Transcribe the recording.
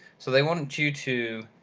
so they want you to